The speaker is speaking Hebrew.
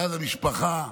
ואז המשפחה,